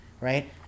right